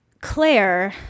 Claire